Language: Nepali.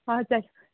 हजुर